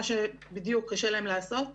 מה שבדיוק קשה להם לעשות,